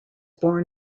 born